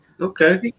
Okay